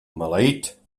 maleït